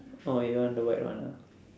oh you want the white [one] ah